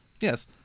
Yes